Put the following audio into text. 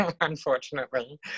unfortunately